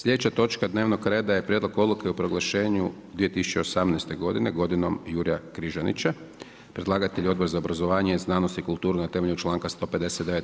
Slijedeća točka dnevnog reda je: - Prijedlog odluke o proglašenju 2018. godine – „Godinom Jurja Križanića“ Predlagatelj je Odbor za obrazovanje, znanost i kulturu na temelju članka 159.